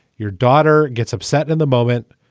your daughter gets upset in the moment.